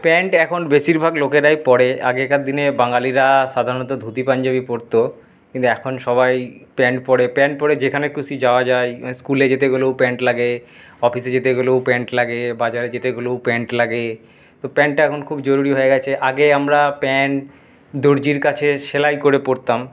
pant এখন বেশিরভাগ লোকেরাই পরে আগেকার দিনে বাঙালিরা সাধারণত ধুতি পাঞ্জাবি পরতো কিন্তু এখন সবাই প্যান্ট পরে প্যান্ট পরে যেখানে খুশি যাওয়া যায় স্কুলে যেতে গেলেও প্যান্ট লাগে অফিসে যেতে গেলেও প্যান্ট লাগে বাজারে যেতে গেলেও প্যান্ট লাগে তো প্যান্টটা এখন খুব জরুরি হয়ে গেছে আগে আমরা প্যান্ট দর্জির কাছে সেলাই করে পরতাম